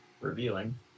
revealing